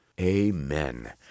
Amen